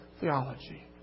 theology